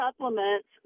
supplements